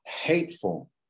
hateful